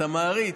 אתה מעריץ.